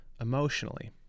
emotionally